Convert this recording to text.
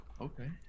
Okay